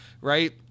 right